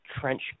trench